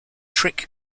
trick